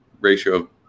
ratio